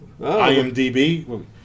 IMDB